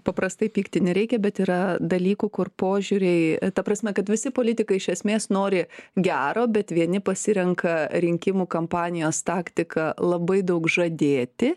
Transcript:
paprastai pykti nereikia bet yra dalykų kur požiūriai ta prasme kad visi politikai iš esmės nori gero bet vieni pasirenka rinkimų kampanijos taktiką labai daug žadėti